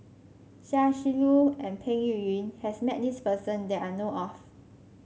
Chia Shi Lu and Peng Yuyun has met this person that I know of